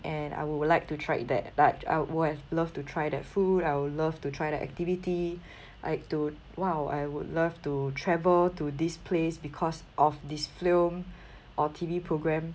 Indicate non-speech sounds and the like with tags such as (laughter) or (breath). and I would like to try that I would have love to try that food I would love to try that activity (breath) I to !wow! I would love to travel to this place because of this film or T_V program